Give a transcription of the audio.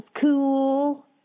cool